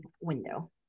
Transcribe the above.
window